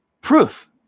proof